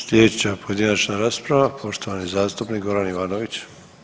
Slijedeća pojedinačna rasprava poštovani zastupnik Goran Ivanović.